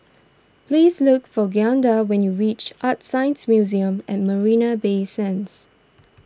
please look for Glynda when you reach ArtScience Museum at Marina Bay Sands